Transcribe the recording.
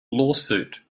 lawsuit